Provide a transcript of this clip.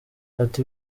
ati